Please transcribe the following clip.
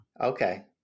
Okay